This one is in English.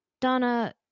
donna